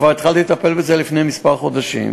כבר התחלתי לטפל בזה לפני כמה חודשים.